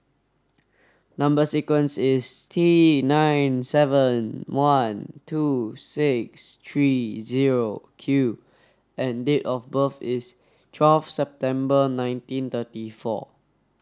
number sequence is T nine seven one two six three zero Q and date of birth is twelve September nineteen thirty four